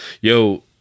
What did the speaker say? yo